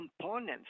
components